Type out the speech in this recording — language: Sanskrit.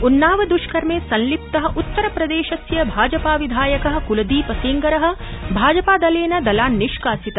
उन्नाव दृष्कर्मे संलिप्त उत्तस्प्रदेशस्य भाजपा विधायक कृलदीप सेंगर भाजपादलेन दलान्निष्कासित